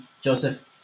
Joseph